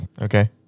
Okay